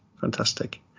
Fantastic